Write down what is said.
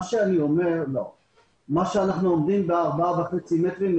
מה שאנחנו עומדים עליו ב-4.5 מטרים ,